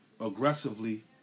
aggressively